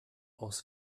aus